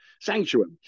Sanctuary